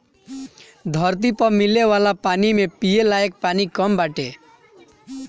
धरती पअ मिले वाला पानी में पिये लायक पानी कम बाटे